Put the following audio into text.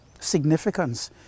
significance